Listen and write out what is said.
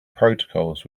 protocols